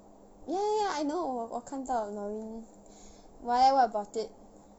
ya ya I know 我看到 norin why leh what about it